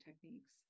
techniques